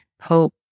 hope